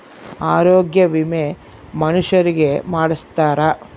ಆರೊಗ್ಯ ವಿಮೆ ಮನುಷರಿಗೇ ಮಾಡ್ಸ್ತಾರ